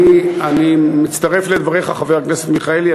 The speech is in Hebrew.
אני מצטרף לדבריך, חבר הכנסת מיכאלי.